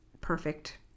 perfect